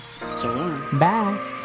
Bye